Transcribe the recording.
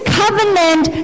covenant